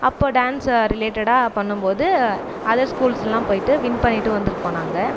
அப்போ டான்ஸ்ஸு ரிலேட்டடாக பண்ணும் போது அதர் ஸ்கூல்ஸ்லலாம் போயிட்டு வின் பண்ணிகிட்டு வந்துருக்கோம் நாங்கள்